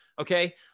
Okay